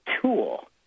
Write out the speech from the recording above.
tool